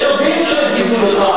יש רבים שיגידו לך,